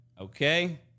Okay